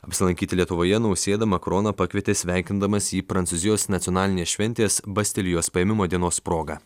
apsilankyti lietuvoje nausėda makroną pakvietė sveikindamas jį prancūzijos nacionalinės šventės bastilijos paėmimo dienos proga